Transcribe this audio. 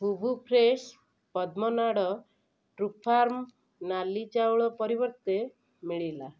ହୂଭୁ fresh ପଦ୍ମ ନାଡ଼ true farm ନାଲି ଚାଉଳ ପରିବର୍ତ୍ତେ ମିଳିଲା